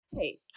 Hey